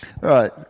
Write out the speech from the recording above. right